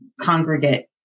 congregate